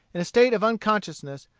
in a state of unconsciousness,